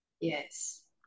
Yes